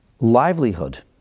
livelihood